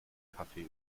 kaffee